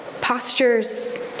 Postures